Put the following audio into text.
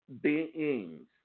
beings